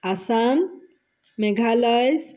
Assam Meghalaya